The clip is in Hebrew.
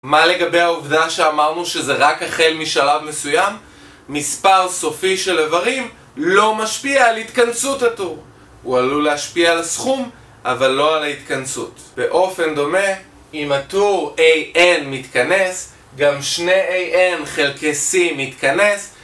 מה לגבי העובדה שאמרנו שזה רק החל משלב מסוים? מספר סופי של איברים לא משפיע על התכנסות הטור הוא עלול להשפיע על הסכום, אבל לא על ההתכנסות. באופן דומה, אם הטור AN מתכנס, גם שני AN חלקי C מתכנס